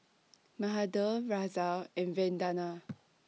Mahade Razia and Vandana